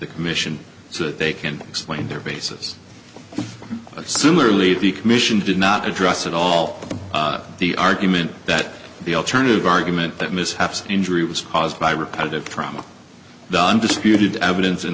the commission so that they can explain their basis similarly the commission did not address at all the argument that the alternative argument that mishaps injury was caused by repetitive trauma done disputed evidence in